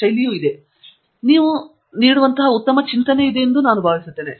ಮತ್ತು ಅದಕ್ಕೆ ನೀವು ನೀಡುವಂತಹ ಉತ್ತಮ ಚಿಂತನೆಯಿದೆ ಎಂದು ನಾನು ಭಾವಿಸುತ್ತೇನೆ